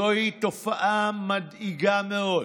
זוהי תופעה מדאיגה מאוד,